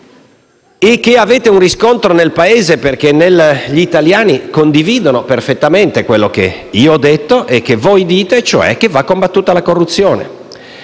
e che avete un riscontro nel Paese perché gli italiani condividono perfettamente ciò che ho detto e che voi dite e, cioè, che la corruzione